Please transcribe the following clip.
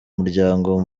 muryango